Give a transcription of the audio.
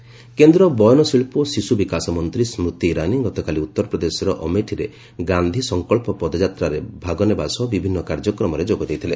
ସ୍କୁତି ଉତ୍ତରପ୍ରଦେଶ କେନ୍ଦ୍ର ବୟନଶିଳ୍ପ ଓ ଶିଶୁ ବିକାଶ ମନ୍ତ୍ରୀ ସ୍କୁତି ଇରାନୀ ଗତକାଲି ଉତ୍ତରପ୍ରଦେଶର ଅମେଠିରେ ଗାନ୍ଧି ସଂକଳ୍ପ ପଦଯାତ୍ରାରେ ଭାଗ ନେବା ସହ ବିଭିନ୍ନ କାର୍ଯ୍ୟକ୍ରମରେ ଯୋଗଦେଇଥିଲେ